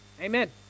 Amen